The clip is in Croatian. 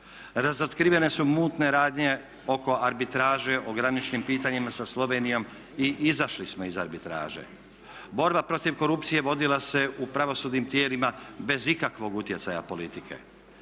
Razotkrivene su mutne radnje oko arbitraže o graničnim pitanjima sa Slovenijom i izašli smo iz arbitraže. Borba protiv korupcije vodila se u pravosudnim tijelima bez ikakvog utjecaja politike.